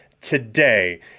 today